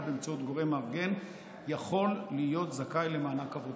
באמצעות גורם מארגן יכול להיות זכאי למענק עבודה.